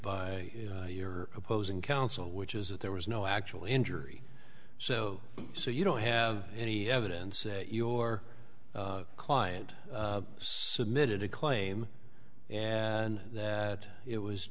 by your opposing counsel which is that there was no actual injury so so you don't have any evidence that your client submitted a claim and that it was